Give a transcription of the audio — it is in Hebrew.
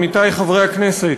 עמיתי חברי הכנסת,